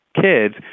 kids